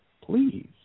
please